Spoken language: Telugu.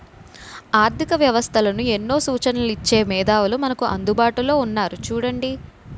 ఆర్థిక వ్యవస్థలకు ఎన్నో సూచనలు ఇచ్చే మేధావులు మనకు అందుబాటులో ఉన్నారు చూడండి